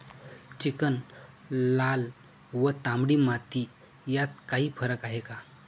Chicken, लाल व तांबडी माती यात काही फरक आहे का?